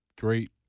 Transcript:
great